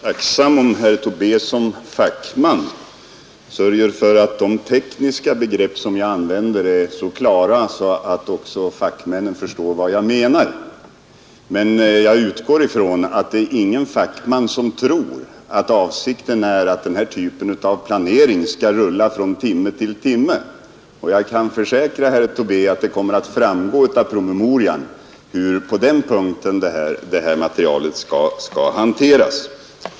Herr talman! Jag är självfallet tacksam om herr Tobé som fackman sörjer för att de tekniska begrepp som jag använder är så klara att också fackmännen förstår vad jag menar. Men jag utgår ifrån att ingen fackman tror att avsikten är att denna typ av planering skall rulla från timme till timme. Jag kan försäkra herr Tobé att det kommer att framgå av promemorian hur materialet på denna punkt skall hanteras.